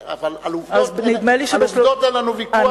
אבל על עובדות אין לנו ויכוח.